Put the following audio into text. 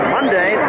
Monday